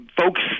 folks